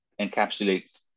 encapsulates